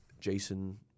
Jason